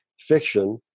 fiction